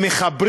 גם, כשמחברים